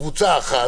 קבוצה אחת,